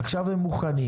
עכשיו הם מוכנים.